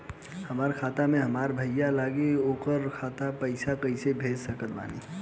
हमार खाता से हमार भाई लगे ओकर खाता मे पईसा कईसे भेज सकत बानी?